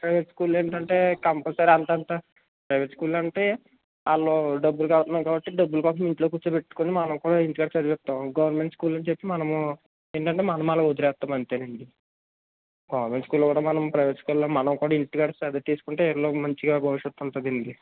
private స్కూల్లో ఎంటంటే compulsory అతంత ప్రైవేట్ స్కూలంటే వాళ్ళు డబ్బులు కడుతున్నాం కాబట్టి డబ్బులు కోసం ఇంట్లో కూర్చోబెట్టుకుని మనం కూడా ఇంట్లో చదివిస్తాం గవర్నమెంట్ స్కూల్లో వచ్చి మనము ఎందుకంటే మనం మనం వదిలేస్తున్నాం అంతేనండి గవర్నమెంట్ స్కూల్లో కూడా మనం ప్రైవేట్ స్కూల్లోలా మనం కూడా ఇంటికాడ శ్రద్ద తీసుకుంటే పిల్లలకి మంచిగా భవిష్యత్తు ఉంటుందండి